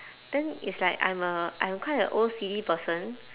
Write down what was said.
then it's like I'm a I'm quite a O_C_D person